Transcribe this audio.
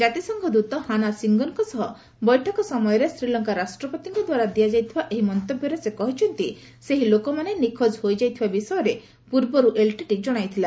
ଜାତିସଂଘ ଦ୍ଦତ ହାନା ସିଙ୍ଗରଙ୍କ ସହ ବୈଠକ ସମୟରେ ଶ୍ୱୀଲଙ୍କା ରାଷ୍ଟ୍ରପତିଙ୍କ ଦ୍ୱାରା ଦିଆଯାଇଥିବା ଏହି ମନ୍ତବ୍ୟରେ ସେ କହିଚ୍ଚନ୍ତି ସେହି ଲୋକମାନେ ନିଖୋଜ ହୋଇଯାଇଥିବା ବିଷୟରେ ପୂର୍ବରୁ ଏଲ୍ଟିଟି ଜଣାଇଥିଲା